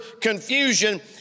confusion